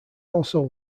also